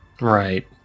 Right